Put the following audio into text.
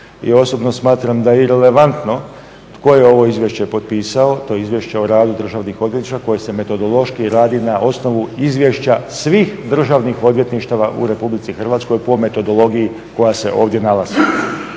i osobno smatram da je i relevantno tko je ovo izvješće potpisao, to je Izvješće o radu državnih odvjetništava koje se metodološki radi na osnovu izvješća svih državnih odvjetništava u RH po metodologiji koja se ovdje nalazi.